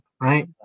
right